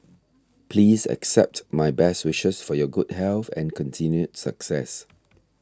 please accept my best wishes for your good health and continued success